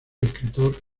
escritor